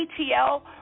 ATL